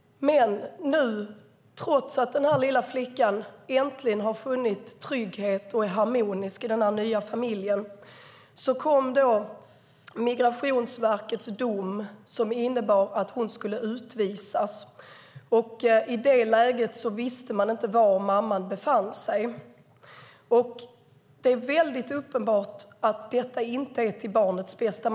Men trots att den lilla flickan äntligen har funnit trygghet och är harmonisk i den nya familjen kom Migrationsverkets dom, som innebar att hon skulle utvisas. I det läget visste man inte var mamman befann sig. Det är väldigt uppenbart att detta inte är till barnets bästa.